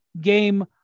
game